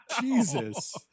Jesus